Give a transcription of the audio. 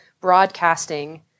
broadcasting